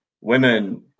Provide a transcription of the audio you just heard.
women